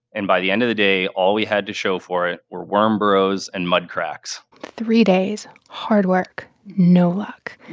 and by the end of the day, all we had to show for it were worm burrows and mud cracks three days, hard work, no luck.